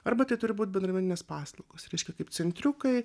arba tai turi būt bendruomeninės paslaugos reiškia kaip centriukai